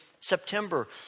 September